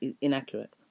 inaccurate